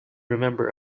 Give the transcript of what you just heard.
remember